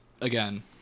Again